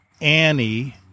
Annie